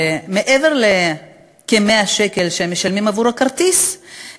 שמעבר לכ-100 שקל שהם משלמים עבור הכרטיסים,